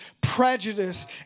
prejudice